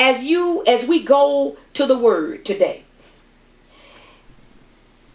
as you as we go to the word today